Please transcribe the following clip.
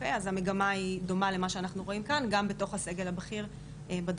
אז המגמה היא דומה למה שאנחנו רואים כאן גם בתוך הסגל הבכיר בדרגות.